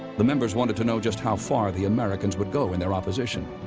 the members wanted to know just how far the americans would go in their opposition.